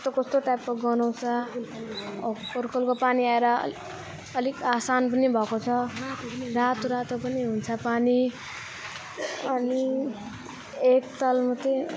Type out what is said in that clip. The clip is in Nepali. कस्तो कस्तो टाइपको गन्हाउँछ करकोलको पानी आएर अलिक अलिक आसान पनि भएको छ रातो रातो पनि हुन्छ पानी अनि एकताल मात्रै